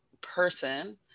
person